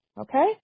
okay